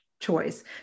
choice